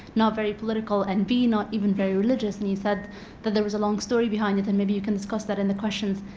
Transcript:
not very political and b, not even very religious. and he said that there was a long story behind it, and maybe you can discuss that in the questions.